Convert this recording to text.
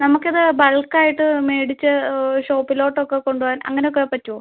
നമുക്ക് അത് ബൾക്ക് ആയിട്ട് മേടിച്ച് ഷോപ്പിലോട്ടൊക്കെ കൊണ്ടുപോവാൻ അങ്ങനെയൊക്കെ പറ്റുമോ